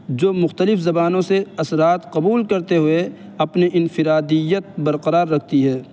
جو مختلف زبانوں سے اثرات قبول کرتے ہوئے اپنی انفرادیت برقرار رکھتی ہے